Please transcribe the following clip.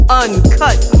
uncut